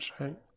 right